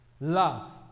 love